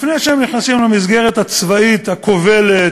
לפני שהם נכנסים למסגרת הצבאית הכובלת,